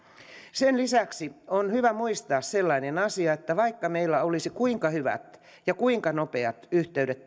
sen lisäksi on hyvä muistaa sellainen asia että vaikka meillä olisi kuinka hyvät ja kuinka nopeat yhteydet